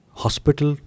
hospital